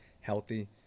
healthy